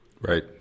right